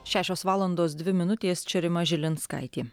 šešios valandos dvi minutės čia rima žilinskaitė